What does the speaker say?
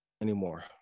anymore